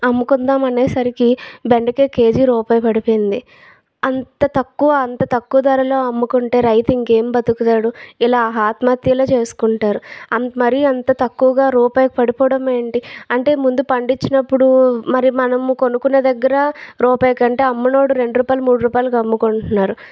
అమ్ముకుందాం అనే సరికి బెండకాయ కేజీ రూపాయికి పడిపోయింది అంత తక్కువ అంత తక్కువ ధరలో అమ్ముకుంటే రైతు ఇంకేం బ్రతుకుతాడు ఇలా ఆత్మహత్యలే చేసుకుంటారు మరీ అంత తక్కువగా రూపాయికి పడిపోవడం ఏంటి అంటే ముందు పండించినప్పుడు మరి మనం కొనుక్కునే దగ్గర రూపాయికి అంటే అమ్మినోడు రెండు రూపాయలు మూడు రూపాయలకు అమ్ముకుంటున్నారు